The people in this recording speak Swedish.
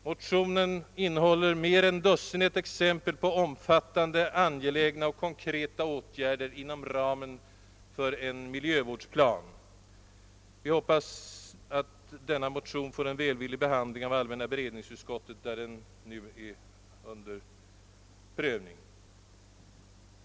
Motionen innehåller mer än dussinet exempel på omfattande, angelägna och konkreta åtgärder inom ramen för ett sådant miljövårdsprogram. Vi hoppas nu att denna motion får en välvillig behandling av allmänna beredningsutskottet, där den nu är under prövning.